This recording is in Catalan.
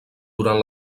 durant